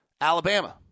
Alabama